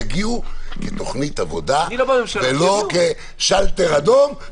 יגיעו כתוכנית עבודה ולא כשאלטר אדום,